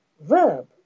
verb